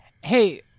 Hey